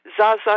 Zaza